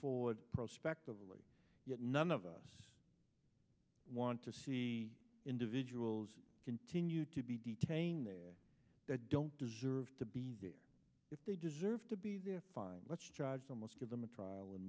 forward prospectively yet none of us want to see individuals continue to be detained there that don't deserve to be there if they deserve to be fine let's charge so much give them a trial